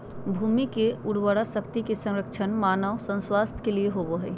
भूमि की उर्वरा शक्ति के संरक्षण मानव स्वास्थ्य के लिए होबो हइ